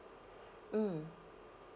mm